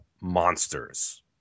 monsters